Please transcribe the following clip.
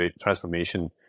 transformation